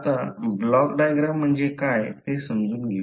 आता block diagram म्हणजे काय ते समजून घेऊ